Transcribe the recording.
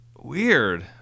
weird